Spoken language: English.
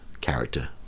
character